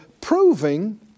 proving